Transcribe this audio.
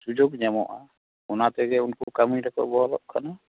ᱥᱩᱡᱳᱠ ᱧᱟᱢᱚᱜᱼᱟ ᱚᱱᱟ ᱛᱮᱜᱮ ᱩᱱᱠᱩ ᱠᱟᱹᱢᱤ ᱨᱮᱠᱚ ᱵᱚᱦᱟᱞᱚᱜ ᱠᱟᱱᱟ